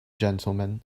gentlemen